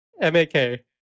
m-a-k